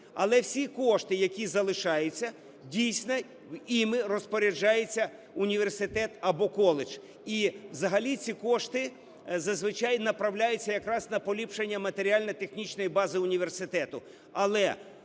Але всі кошти, які залишаються, дійсно, ними розпоряджається університет або коледж. І взагалі ці кошти зазвичай направляються якраз на поліпшення матеріально-технічної бази університету.